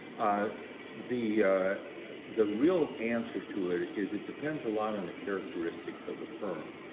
ah the the real answer to it is it depends a lot on the characteristics of the firm.